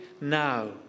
now